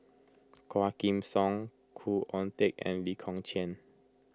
Quah Kim Song Khoo Oon Teik and Lee Kong Chian